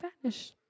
Spanish